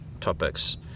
topics